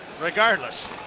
Regardless